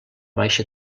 baixa